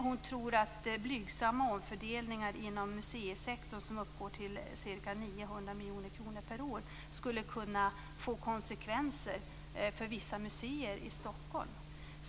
Hon tror att blygsamma omfördelningar inom museisektorn som uppgår till ca 900 miljoner kronor per år skulle kunna få konsekvenser för vissa museer i Stockholm.